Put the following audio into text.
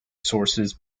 sources